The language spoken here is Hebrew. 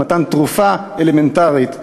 למתן תרופה אלמנטרית לחולים.